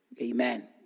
Amen